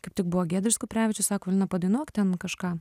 kaip tik buvo giedrius kuprevičius sako lina padainuok ten kažką